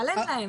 אבל אין להם.